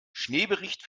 schneebericht